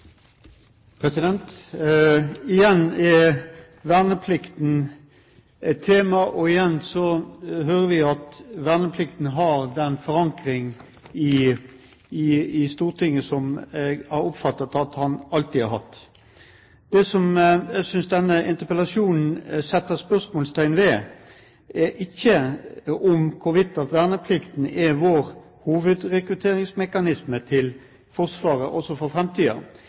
igjen hører vi at verneplikten har den forankring i Stortinget som jeg har oppfattet at den alltid har hatt. Det som jeg synes denne interpellasjonen setter spørsmålstegn ved, er ikke hvorvidt verneplikten er vår hovedrekrutteringsmekanisme til Forsvaret også for